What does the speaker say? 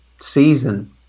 season